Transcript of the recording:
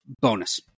bonus